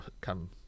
come